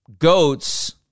goats